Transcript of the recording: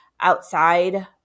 outside